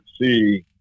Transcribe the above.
see